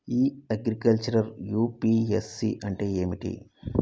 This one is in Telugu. ఇ అగ్రికల్చర్ యూ.పి.ఎస్.సి అంటే ఏమిటి?